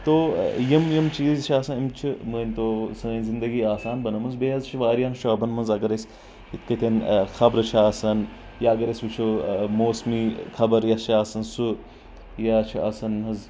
تو یِم یِم چیٖز چھِ آسان یِم چھِ مٲنۍ تو سٲنۍ زندگی آسان بنٲومٕژ بیٚیہِ حظ چھِ واریاہن شوبن منٛز اگر أسۍ یِتھ کٲٹھۍ خبرٕ چھِ آسان یا اگر أسۍ وٕچھو موسمی خبر یۄس چھِ آسان سُہ یا چھِ آسان حظ